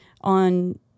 on